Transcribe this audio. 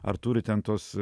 ar turi ten tuos